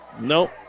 Nope